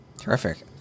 Terrific